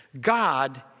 God